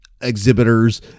exhibitors